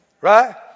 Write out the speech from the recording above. Right